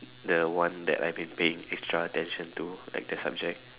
the one that I been paying extra attention to like the subject